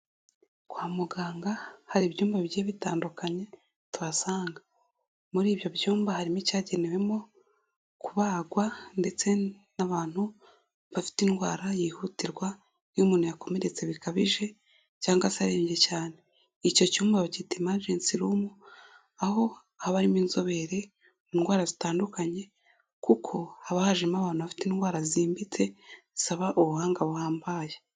Kwa muganga hariyo ibyumba bigiye bitandukanye tuhasanga, muri ibyo byumba harimo icyagenewemo kubagwa ndetse n'abantu bafite indwara yihutirwa iyo umuntu yakomeretse bikabije cyangwa se arembye cyane. Icyo cyumba bacyita Emergence room aho haba harimo inzobere mu indwara zitandukanye kuko haba hajemo abarwayi bafite indwara zimbitse zisaba ubuhanga buhambaye.